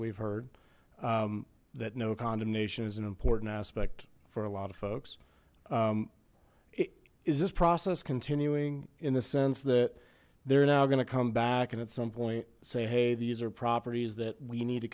we've heard that no condemnation is an important aspect for a lot of folks is this process continuing in the sense that they're now going to come back and at some point say hey these are properties that we need to